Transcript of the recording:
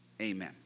amen